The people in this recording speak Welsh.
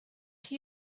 chi